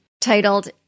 titled